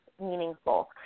meaningful